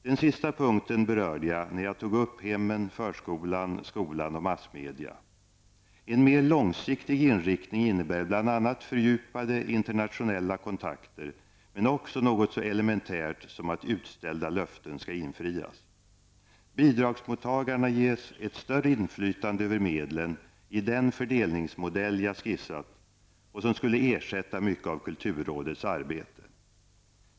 Den sista punkten berörde jag när jag tog upp hemmen, förskolan, skolan och massmedia. En mer långsiktig inriktning innebär bl.a. fördjupade internationella kontakter men också något så elementärt som att utställda löften skall infrias. Bidragsmottagarna ges ett större inflytande över medlen i den fördelningsmodell jag skisserat och som skulle ersätta mycket av kulturrådets arbete.